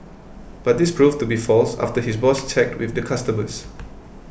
but this proved to be false after his boss checked with the customers